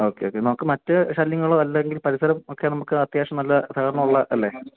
okay okay നമുക്ക് മറ്റ് ശല്യങ്ങളോ അല്ലെങ്കിൽ പരിസരം ഒക്കെ നമുക്ക് അത്യാവശ്യം നല്ല സഹകരണം ഉള്ളത് അല്ലേ